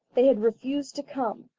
they had refused to come.